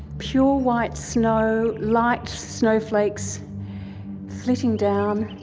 pure white snow, light snow flakes flitting down,